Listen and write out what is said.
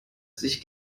sich